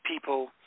people